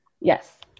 yes